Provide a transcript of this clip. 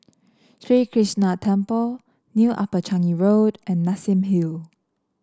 Sri Krishnan Temple New Upper Changi Road and Nassim Hill